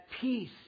peace